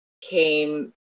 Came